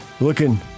looking